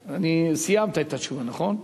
סיימת את התשובה, נכון?